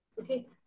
Okay